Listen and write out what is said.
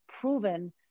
proven